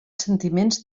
sentiments